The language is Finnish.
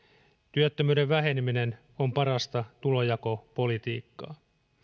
työttömyyden väheneminen on parasta tulonjakopolitiikkaa